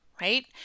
right